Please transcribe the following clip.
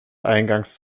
eingangs